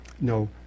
no